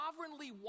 sovereignly